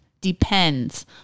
depends